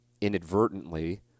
inadvertently